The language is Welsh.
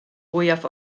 fwyaf